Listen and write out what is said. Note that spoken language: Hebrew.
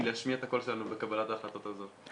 להשמיע את הקול שלנו בקבלת ההחלטות הזאת.